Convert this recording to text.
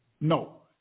no